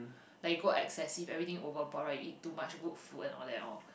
like you go excessive everything overboard right you eat too much good food all that and all